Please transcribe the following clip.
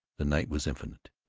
the night was infinite.